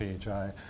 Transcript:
PHI